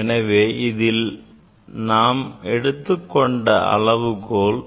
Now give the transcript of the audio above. எனவே இதில் நாம் எடுத்துக்கொண்ட அளவுகோல்